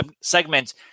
segment